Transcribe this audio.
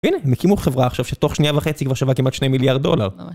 הנה, הם הקימו חברה עכשיו שתוך שנייה וחצי כבר שווה כמעט שני מיליארד דולר.